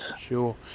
Sure